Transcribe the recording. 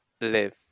live